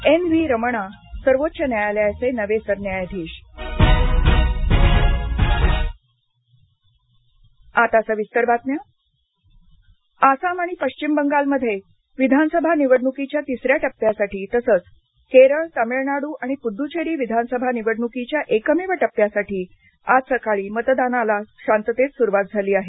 N V Ramana सर्वोच्च न्यायालयाचे नवे सरन्यायाधीश विधानसभा निवडणक आसाम आणि पश्चिम बंगालमध्ये विधानसभा निवडणुकीच्या तिसऱ्या टप्प्यासाठी तसंच केरळ तामिळनाडू आणि पुद्धचेरी विधानसभा निवडणुकीच्या एकमेव टप्प्यासाठी आज सकाळी मतदानाला सुरुवात शांततेत सुरवात झाली आहे